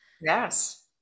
Yes